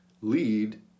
lead